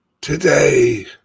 today